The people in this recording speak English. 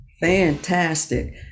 Fantastic